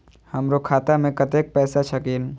हमरो खाता में कतेक पैसा छकीन?